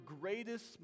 greatest